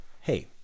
hey